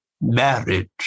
marriage